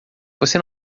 você